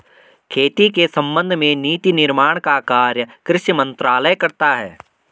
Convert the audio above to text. खेती के संबंध में नीति निर्माण का काम कृषि मंत्रालय करता है